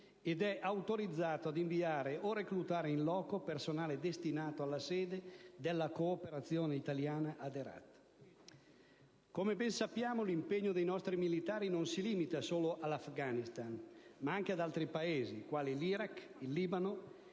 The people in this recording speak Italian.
ed è autorizzato a inviare o reclutare *in* *loco* personale destinato alla sede della cooperazione italiana ad Herat. Come ben sappiamo, l'impegno dei nostri militari non si limita solo all'Afghanistan ma interessa anche altri Paesi quali l'Iraq, il Libano,